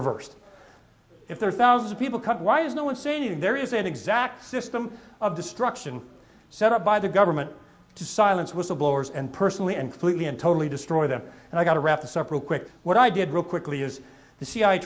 reversed if there are thousands of people cut why is no one saying there is an exact system of destruction set up by the government to silence whistleblowers and personally and completely and totally destroy them and i got to wrap this up real quick what i did real quickly is the